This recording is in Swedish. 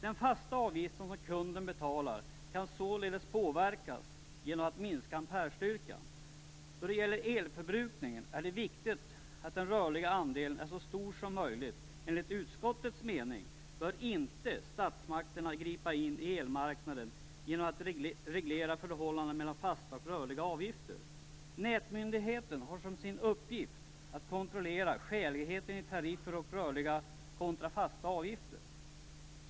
Den fasta avgift som kunden betalar kan således påverkas genom minskning av amperestyrkan. Vad gäller elförbrukningen är det viktigt att den rörliga andelen är så stor som möjligt. Enligt utskottets mening bör inte statsmakterna gripa in i elmarknaden genom att reglera förhållandet mellan fasta och rörliga avgifter. Nätmyndigheten har till uppgift att kontrollera skäligheten i tariffer och rörliga kontra fasta avgifter.